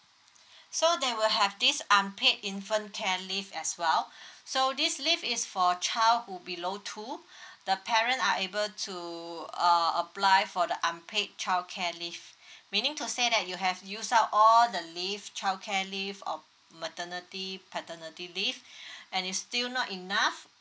so they will have this unpaid infant care leave as well so this leave is for child who below two the parent are able to uh apply for the unpaid childcare leave meaning to say that you have use up all the leave childcare leave or maternity paternity leave and it still not enough